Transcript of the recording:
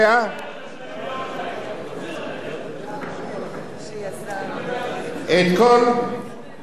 מי נתן את 2 המיליון